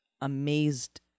amazed